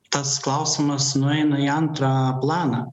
tas klausimas nueina į antrą planą